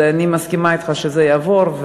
אני מסכימה אתך שזה יעבור,